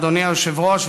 אדוני היושב-ראש,